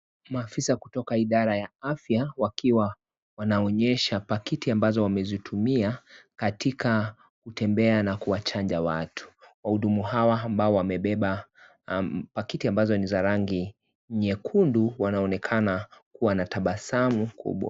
Maafisa kutoka idara ya afya wakiwa katika wanaonyesha pakiti ambazo wamezitumia kutembea na kuwachanja watu. Wahudumu hawa ambao wamebeba pakiti ambazo ni za rangi nyekundu wanaonekana kuwa na tabasamu kubwa.